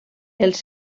els